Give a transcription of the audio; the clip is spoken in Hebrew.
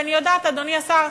אדוני השר,